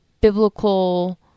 biblical